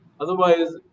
Otherwise